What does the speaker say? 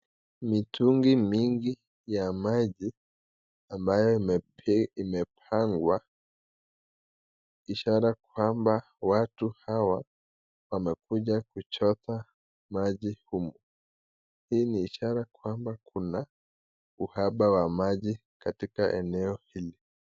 Mitungi mingi ya maji ambayo imepangwa, ishara kwamba watu hawa wamekuja kuchota maji humu, hii ni ishara kwamba kuna uhaba wa maji katika eneo hili.